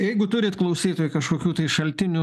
jeigu turit klausytojai kažkokių tai šaltinių